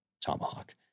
Tomahawk